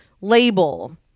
label